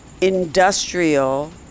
industrial